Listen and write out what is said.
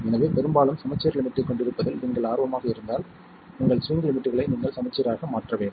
எனவே பெரும்பாலும் சமச்சீர் லிமிட்டைக் கொண்டிருப்பதில் நீங்கள் ஆர்வமாக இருந்தால் உங்கள் ஸ்விங் லிமிட்களை நீங்கள் சமச்சீராக மாற்ற வேண்டும்